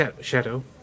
shadow